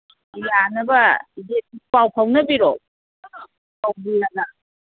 ꯌꯥꯅꯕ ꯄꯥꯎ ꯐꯥꯎꯅꯕꯤꯔꯣ